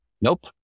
Nope